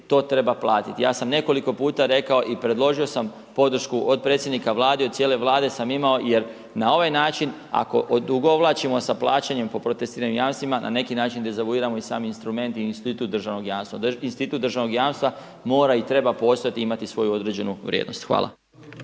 to treba platiti. Ja sam nekoliko puta rekao i predložio sam podršku od predsjednika Vlade i od cijele Vlade sam imao jer na ovaj način ako odugovlačimo sa plaćanjem po protestiranim jamstvima na neki način dezavuiramo i sam instrument i institut državnog jamstva. Institut državnog jamstva mora i treba postojati i imati svoju određenu vrijednost. Hvala.